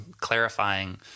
clarifying